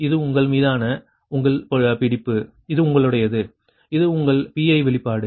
ஆகையால் இது உங்கள் மீதான உங்கள் பிடிப்பு இது உங்களுடையது இது உங்கள் Pi வெளிப்பாடு